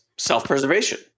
Self-preservation